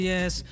Yes